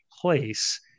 place